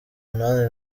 munani